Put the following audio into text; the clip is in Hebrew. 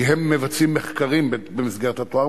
כי הם מבצעים מחקרים במסגרת התואר.